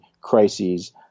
crises